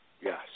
Yes